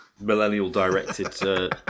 millennial-directed